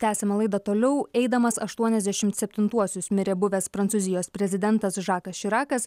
tęsiame laidą toliau eidamas aštuoniasdešimt septintuosius mirė buvęs prancūzijos prezidentas žakas širakas